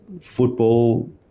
football